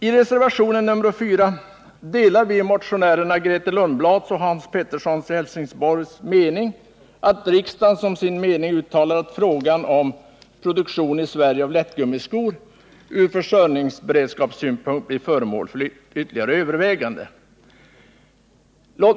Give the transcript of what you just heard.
I reservationen 4 delar vi motionärerna Grethe Lundblads och Hans Petterssons i Helsingborg mening att riksdagen som sin mening uttalar att frågan om produktion i Sverige av lättgummiskor från försörjningsberedskapssynpunkt blir föremål för ytterligare överväganden.